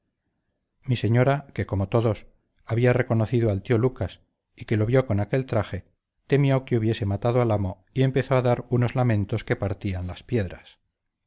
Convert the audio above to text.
mi señora que como todos había reconocido al tío lucas y que lo vio con aquel traje temió que hubiese matado al amo y empezó a dar unos lamentos que partían las piedras